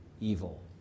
evil